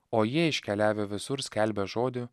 o jie iškeliavę visur skelbė žodį